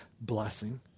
blessing